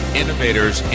innovators